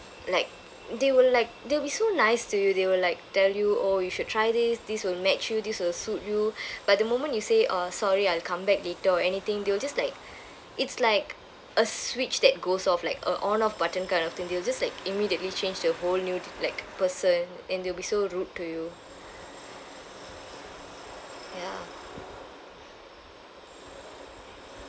like they will like they will be so nice to you they will like tell you oh you should try this this will match you this will suit you but the moment you say uh sorry I'll come back later or anything they will just like it's like a switch that goes off like a on off button kind of thing they will just like immediately change to a whole new d~ like person and they'll be so rude to you ya